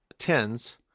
tens